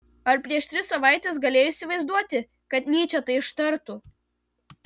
ar prieš tris savaites galėjo įsivaizduoti kad nyčė tai ištartų